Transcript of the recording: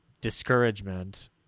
discouragement